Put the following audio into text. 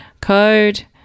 Code